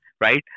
right